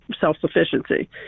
self-sufficiency